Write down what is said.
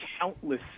countless